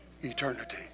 eternity